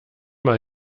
mal